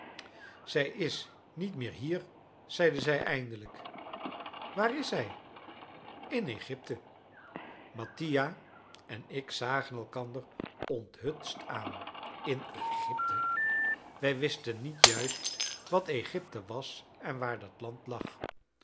zij is niet meer hier zeide zij eindelijk waar is zij in egypte mattia en ik zagen elkander onthutst aan in egypte wij wisten niet juist wat egypte was en waar dat land lag